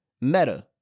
META